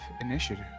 initiative